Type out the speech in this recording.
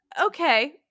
Okay